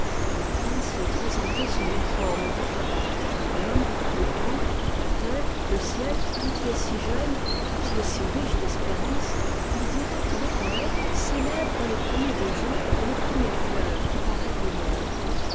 l'enfance y est présentée sous mille formes différentes l'homme les plantes la terre le ciel tout y est si jeune tout y est si riche d'espérance qu'on dirait que le poëte célèbre les premiers beaux jours et les premières fleurs qui parèrent le monde